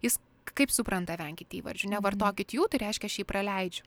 jis kaip supranta venkit įvardžių nevartokit jų tai reiškia aš jį praleidžiu